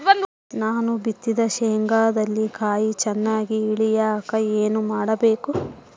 ನಾನು ಬಿತ್ತಿದ ಶೇಂಗಾದಲ್ಲಿ ಕಾಯಿ ಚನ್ನಾಗಿ ಇಳಿಯಕ ಏನು ಮಾಡಬೇಕು?